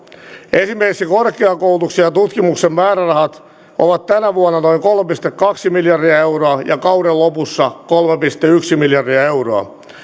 esimerkiksi korkeakoulutuksen ja tutkimuksen määrärahat ovat tänä vuonna noin kolme pilkku kaksi miljardia euroa ja kauden lopussa kolme pilkku yksi miljardia euroa